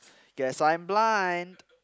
guess I'm blind